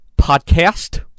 podcast